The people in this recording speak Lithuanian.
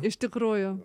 iš tikrųjų